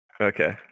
okay